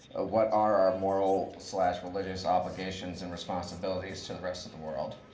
what are our moral, slash, religious obligations and responsibilities to the rest of the world?